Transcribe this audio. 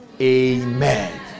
amen